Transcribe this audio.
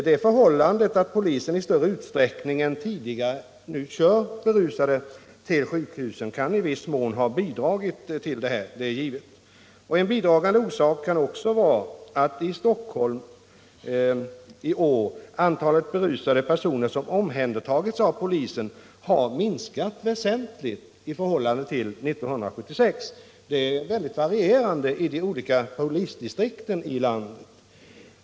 Det förhållandet att polisen i större utsträckning nu kör berusade till sjukhus kan i viss mån bidra till detta — det är givet. Och en bidragande orsak kan också vara att antalet berusade personer i Stockholm som omhändertagits av polisen minskat väsentligt i år jämfört med 1976 — de siffrorna är mycket varierande i de olika polisdistrikten i landet.